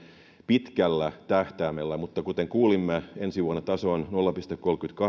pitkällä tähtäimellä mutta kuten kuulimme ensi vuonna taso on nolla